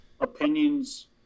opinions